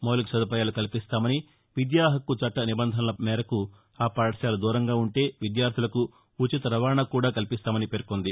మౌలిక సదుపాయాలు కల్పిస్తామని విద్యా హక్కు చట్ట నిబంధనల మేరకు ఆ పాఠశాల దూరంగా ఉంటే విద్యార్గులకు ఉచిత రవాణాకూడా కల్పిస్తామని పేర్కొంది